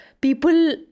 people